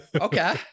Okay